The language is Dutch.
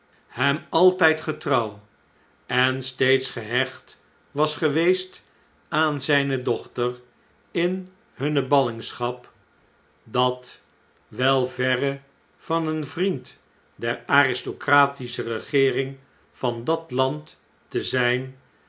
hem altjjd getrouw en steeds gehecht was geweest aan zjjne dochter in hunne ballingschap dat wel verre van een vriend der aristocratische regeering van dat land te zijn